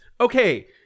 okay